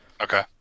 Okay